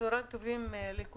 צהריים טובים לכולם.